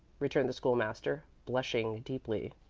returned the school-master, blushing deeply.